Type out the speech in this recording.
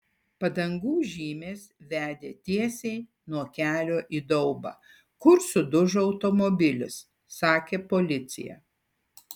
padangų žymės vedė tiesiai nuo kelio į daubą kur sudužo automobilis sakė policija